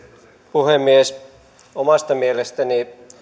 puhemies omasta mielestäni